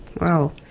Wow